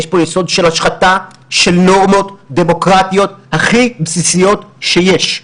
יש פה יסוד של השחתה של נורמות דמוקרטיות הכי בסיסיות שיש.